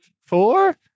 four